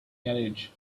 carriage